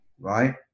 right